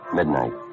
Midnight